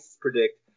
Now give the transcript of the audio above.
predict